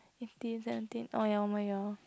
fifteen seventeen oh ya one more year